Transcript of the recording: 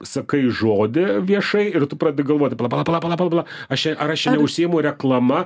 sakai žodį viešai ir tu pradedi galvoti pala pala pala pala pala pala aš čia ar aš užsiimu reklama